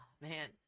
man